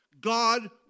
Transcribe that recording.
God